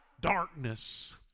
darkness